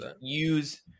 use